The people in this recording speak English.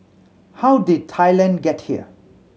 how did Thailand get here